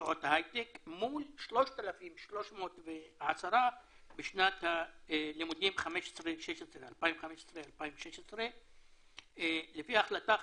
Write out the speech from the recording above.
במקצועות ההיי-טק מול 3,310 בשנת הלימודים 2016-2015. לפי החלטה חדשה,